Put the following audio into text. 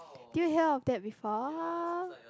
do you heard of that before